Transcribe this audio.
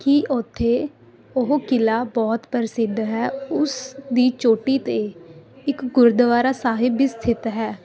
ਕਿ ਉੱਥੇ ਉਹ ਕਿਲ੍ਹਾ ਬਹੁਤ ਪ੍ਰਸਿੱਧ ਹੈ ਉਸ ਦੀ ਚੋਟੀ 'ਤੇ ਇੱਕ ਗੁਰਦੁਆਰਾ ਸਾਹਿਬ ਵੀ ਸਥਿਤ ਹੈ